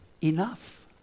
enough